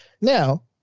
Now